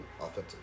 offensive